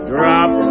Drop